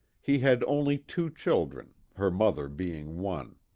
he had only two children, her mother being one.